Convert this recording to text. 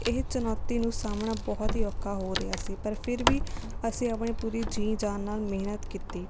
ਇਹ ਚੁਣੌਤੀ ਨੂੰ ਸਾਂਭਣਾ ਬਹੁਤ ਹੀ ਔਖਾ ਹੋ ਰਿਹਾ ਸੀ ਪਰ ਫਿਰ ਵੀ ਅਸੀਂ ਆਪਣੇ ਪੂਰੀ ਜੀ ਜਾਨ ਨਾਲ ਮਿਹਨਤ ਕੀਤੀ